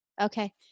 Okay